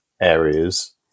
areas